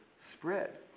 spread